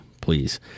please